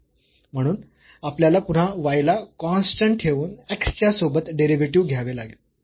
म्हणून आपल्याला पुन्हा y ला कॉन्स्टंट ठेऊन x च्या सोबत डेरिव्हेटिव्ह घ्यावे लागेल